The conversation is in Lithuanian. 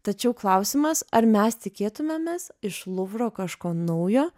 tačiau klausimas ar mes tikėtumėmės iš luvro kažko naujo